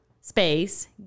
space